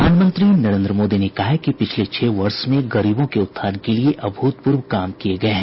प्रधानमंत्री नरेन्द्र मोदी ने कहा है कि पिछले छह वर्ष में गरीबों के उत्थान के लिये अभूतपूर्व काम किये गए हैं